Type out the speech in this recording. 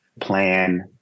Plan